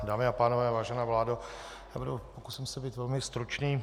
Dámy a pánové, vážená vládo, pokusím se být velmi stručný.